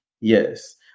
Yes